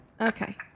Okay